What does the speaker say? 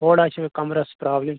تھوڑا چھِ مےٚ کَمرَس پرٛابلِم